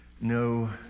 no